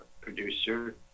producer